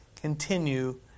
continue